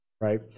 right